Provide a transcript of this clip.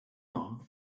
yno